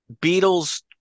beatles